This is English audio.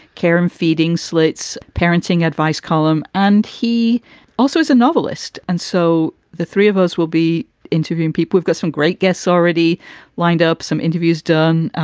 karem feeding slate's parenting advice column. and he also is a novelist, and so the three of us will be interviewing people who've got some great guests already lined up, some interviews done.